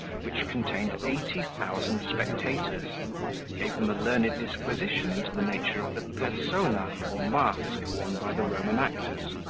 which contained eighty thousand spectators gave them a learned disquisition into the nature of the persona, or mask, worn by the roman actors,